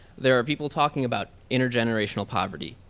there are people talking about intergenerational poverty,